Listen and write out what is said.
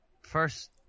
first